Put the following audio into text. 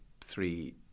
three